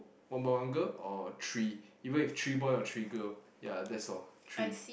one boy one girl or three even if three boy or three girl ya that's all three